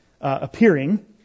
appearing